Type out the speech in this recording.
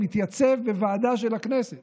מתייצב בוועדה של הכנסת